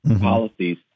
policies